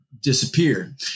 disappeared